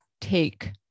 take